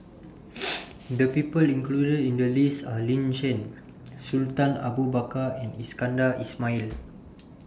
The People included in The list Are Lin Chen Sultan Abu Bakar and Iskandar Ismail